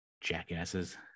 Jackasses